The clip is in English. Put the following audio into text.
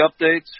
updates